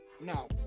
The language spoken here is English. no